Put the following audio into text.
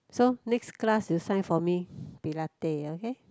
so next class you sign for me Pilate okay